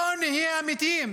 בואו נהיה אמיתיים.